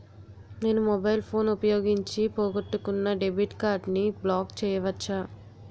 నేను mobile phone ఉపయోగించి పోగొట్టుకున్న డెబిట్ కార్డ్ని బ్లాక్ చేయవచ్చా?